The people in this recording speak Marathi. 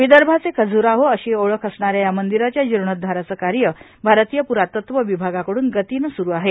विदर्भाचे खज्राहो अशी ओळख असणाऱ्या या मंदिराच्या जीर्णोध्दाराचे कार्य भारतीय प्रातत्व विभागाकडून गतीने स्रु आहे